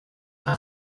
par